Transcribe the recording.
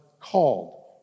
called